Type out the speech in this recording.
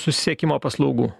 susisiekimo paslaugų